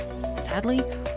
Sadly